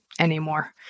anymore